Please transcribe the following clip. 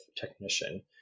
technician